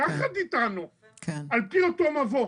יחד איתנו, על פי אותו מבוא.